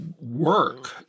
work